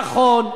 נכון,